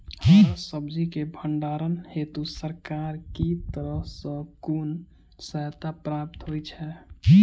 हरा सब्जी केँ भण्डारण हेतु सरकार की तरफ सँ कुन सहायता प्राप्त होइ छै?